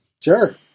sure